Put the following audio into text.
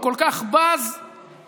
הוא כל כך בז לאנשים,